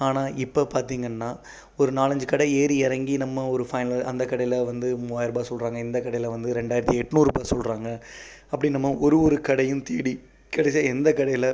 ஆனால் இப்போ பார்த்தீங்கனா ஒரு நாலஞ்சு கடை ஏறி இறங்கி நம்ம ஒரு ஃபைனல் அந்த கடையில் வந்து மூவாயிர ரூபா சொல்கிறாங்க இந்த கடையில் வந்து ரெண்டாயிரத்தி எண்நூறுபா சொல்கிறாங்க அப்படி நம்ம ஒரு ஒரு கடையும் தேடி கடைசியாக எந்த கடையில்